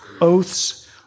oaths